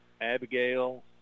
Abigail